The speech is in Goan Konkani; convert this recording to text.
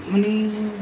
आनी